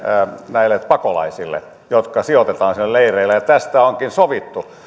näille pakolaisille jotka sijoitetaan sinne leireille ja tästä onkin sovittu